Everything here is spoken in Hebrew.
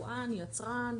יבואן, יצרן,